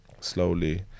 slowly